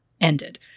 ended